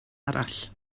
arall